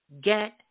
get